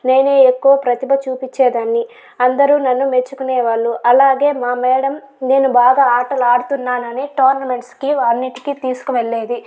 నేనే ఎక్కువ ప్రతిభ చూపిచ్చేదాన్ని అందరూ నన్ను మెచ్చుకునే వాళ్ళు అలాగే మా మ్యాడం నేను బాగా ఆటలు ఆడుతున్నాను అని టోర్నమెంట్స్ కి అన్నిటికీ తీసుకొని తీసుకువెళ్లేది